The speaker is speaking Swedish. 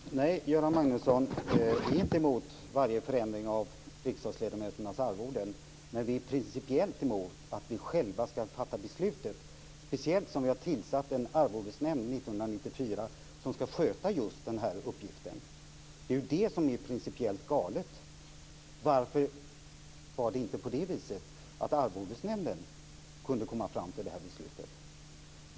Fru talman! Nej, Göran Magnusson, vi är inte emot varje förändring av riksdagsledamöternas arvoden. Men vi är principiellt emot att vi själva skall fatta beslutet - speciellt som vi har tillsatt en arvodesnämnd 1994 som skall sköta just den uppgiften. Det är ju det som är principiellt galet. Varför var det inte på det viset att arvodesnämnden kunde komma fram till det här beslutet?